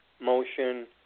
motion